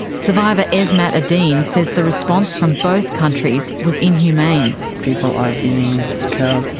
survivor esmat adine says the response from both countries was inhumane. people are being killed,